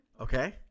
Okay